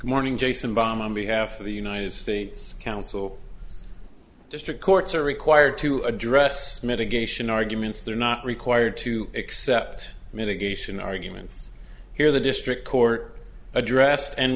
morning jason bomb on behalf of the united states council district courts are required to address mitigation arguments they're not required to accept mitigation arguments here the district court addressed and